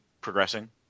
progressing